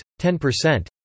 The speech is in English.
10%